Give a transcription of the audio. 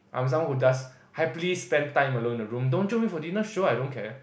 I am someone who just happily spend time alone in the room don't jio me for dinner sure I don't care